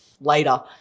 later